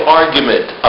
argument